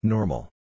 Normal